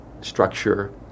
structure